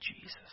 Jesus